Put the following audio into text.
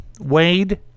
Wade